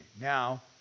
Now